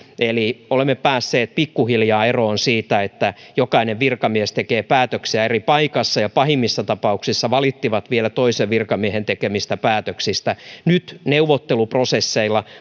eli olemme päässeet pikkuhiljaa eroon siitä että jokainen virkamies tekee päätöksiä eri paikassa ja pahimmissa tapauksissa valittivat vielä toisen virkamiehen tekemistä päätöksistä nyt neuvotteluprosesseilla